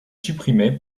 supprimé